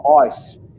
ice